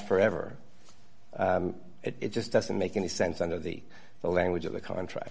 forever it just doesn't make any sense under the language of the contract